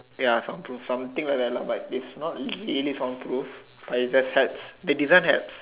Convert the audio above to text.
ya soundproof something like that but is not really soundproof like just had the design had